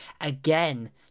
again